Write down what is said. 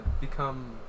become